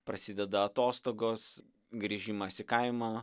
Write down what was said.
prasideda atostogos grįžimas į kaimą